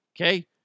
okay